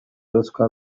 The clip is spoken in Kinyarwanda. ruswa